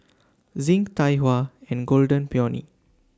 Zinc Tai Hua and Golden Peony